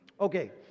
Okay